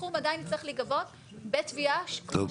הסכום עדיין יצטרך להיגבות בתביעה --- טוב,